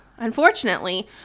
Unfortunately